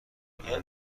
این